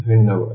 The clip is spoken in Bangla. ধন্যবাদ